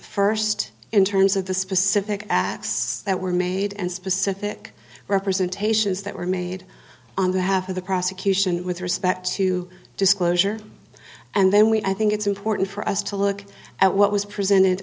first in terms of the specific acts that were made and specific representations that were made on behalf of the prosecution with respect to disclosure and then we i think it's important for us to look at what was presented